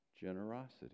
generosity